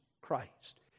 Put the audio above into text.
Christ